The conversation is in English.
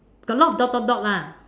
got a lot of dot dot dot lah